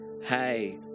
hey